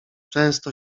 często